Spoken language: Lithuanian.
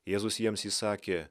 jėzus jiems įsakė